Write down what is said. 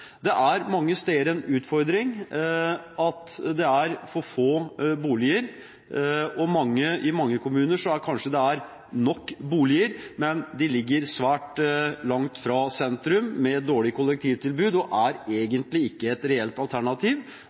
Det er mange steder en utfordring at det er for få boliger, og i mange kommuner er det kanskje nok boliger, men de ligger svært langt fra sentrum med dårlig kollektivtilbud og er egentlig ikke et reelt alternativ.